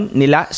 nila